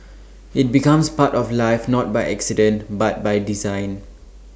IT becomes part of life not by accident but by design